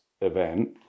event